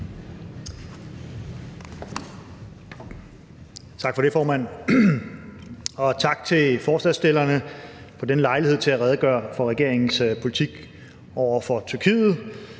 Tak for det, formand, og tak til forslagsstillerne for denne lejlighed til at redegøre for regeringens politik over for Tyrkiet.